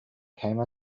came